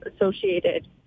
associated